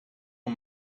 een